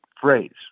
phrase